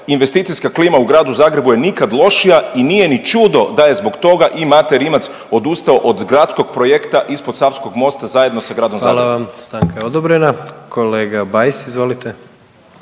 investicijska klima u gradu Zagrebu je nikad lošija i nije ni čudo da je zbog toga i Mate Rimac odustao od gradskog projekta ispod Savskog mosta zajedno sa Gradom Zagrebom. **Jandroković, Gordan (HDZ)** Hvala vam. Stanka je odobrena. Kolega Bajs, izvolite.